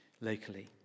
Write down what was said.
locally